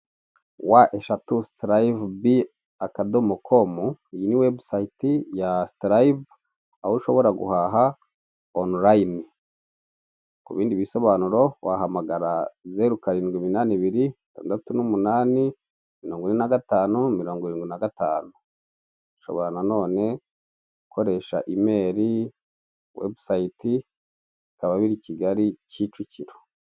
Wa eshatu sitalayibu bi dotikomu, iyi ni webusayite ya sitilabu aho ushobora guhaha onulayini. Ku bindi bisobanuro wahamagara zeru karindwi imnani ibiri itandatu n'umunani mirongo ine na gatanu mirongo irinwi na gatanu. Ushobora nanone gukoresha imeli, webusayiti bikaba biri i Kigali Kicukiro.